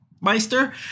Meister